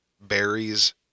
berries